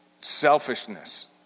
selfishness